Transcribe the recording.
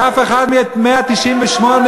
אדוני היושב-ראש,